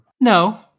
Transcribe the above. No